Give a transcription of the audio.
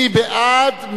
מי בעד?